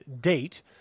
date